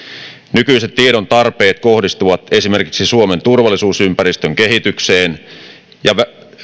nykyiset tiedon tarpeet kohdistuvat esimerkiksi suomen turvallisuusympäristön kehitykseen ja